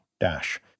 Dash